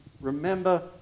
remember